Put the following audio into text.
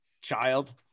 child